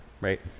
right